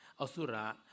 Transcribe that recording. Asura